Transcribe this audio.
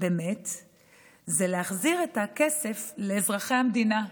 היא להחזיר את הכסף לאזרחי המדינה.